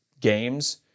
games